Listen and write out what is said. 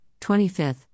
25th